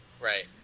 Right